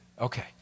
Okay